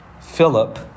Philip